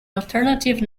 alternative